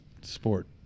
sport